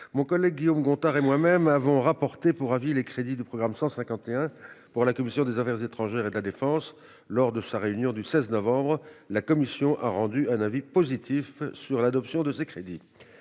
mon collègue Guillaume Gontard et moi-même avons rapporté pour avis les crédits du programme 151 pour la commission des affaires étrangères et de la défense. Lors de sa réunion du 16 novembre, la commission a émis un avis positif sur l'adoption de ces crédits.